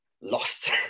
lost